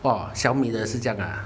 !wah! 小米的是这样的啊